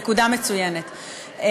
אני כבר מגיעה לזה, זו נקודה מצוינת.